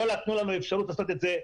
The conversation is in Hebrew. לא נתנו לנו אפשרות לעשות את זה,